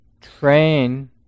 train